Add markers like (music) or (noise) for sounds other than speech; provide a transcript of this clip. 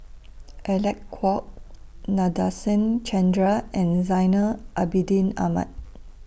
(noise) Alec Kuok Nadasen Chandra and Zainal Abidin Ahmad